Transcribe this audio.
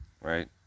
right